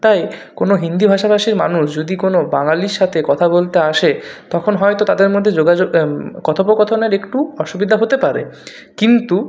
তাই কোনো হিন্দি ভাষাভাষীর মানুষ যদি কোনো বাঙালির সাথে কথা বলতে আসে তখন হয়তো তাদের মধ্যে যোগাযোগ কথোপকথনের একটু অসুবিধা হতে পারে কিন্তু